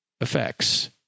effects